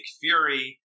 Fury